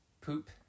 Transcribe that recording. poop